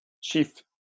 chief